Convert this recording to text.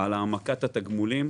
על העמקת התגמולים,